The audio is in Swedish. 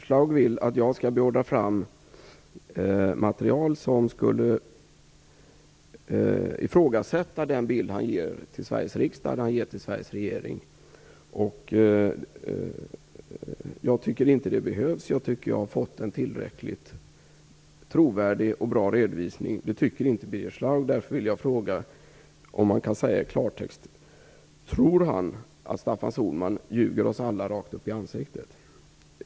Schlaug vill att jag skall beordra fram material som skulle ifrågasätta den bild han ger till Sveriges riksdag och till Sveriges regering. Jag tycker inte att det behövs. Jag tycker att jag har fått en tillräckligt trovärdig och bra redovisning. Det tycker inte Birger Schlaug. Därför vill jag fråga om han kan säga i klartext att han tror att Staffan Sohlman ljuger oss alla rakt upp i ansiktet.